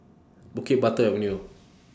Bukit Batok Avenue